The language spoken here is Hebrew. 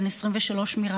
בן 23 מרעננה,